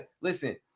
listen